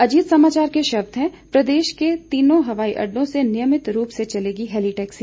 अजीत समाचार के शब्द हैं प्रदेश के तीनों हवाई अडडों से नियमित रूप से चलेगी हैली टैक्सी